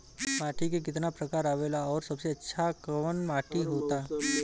माटी के कितना प्रकार आवेला और सबसे अच्छा कवन माटी होता?